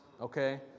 okay